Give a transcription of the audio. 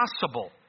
possible